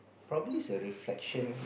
probably is a reflection